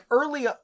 early